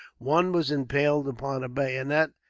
one was impaled upon a bayonet,